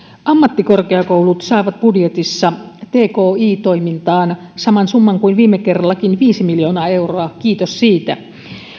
ammattikorkeakoulut saavat budjetissa tki toimintaan saman summan kuin viime kerrallakin viisi miljoonaa euroa kiitos siitä